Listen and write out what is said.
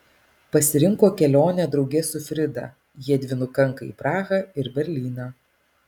pasirinko kelionę drauge su frida jiedvi nukanka į prahą ir berlyną